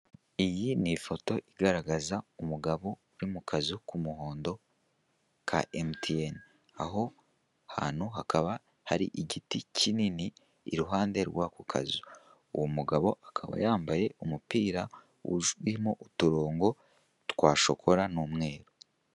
Iyi ni ifoto igaragaza umugabo uri mu kazu k'umuhondo ka emutiyene, aho hantu hakaba hari igiti kinini iruhande rw'ako kazu, uwo mugabo akaba yambaye umupira wuzuyemo uturongo twa shokora n'umweru.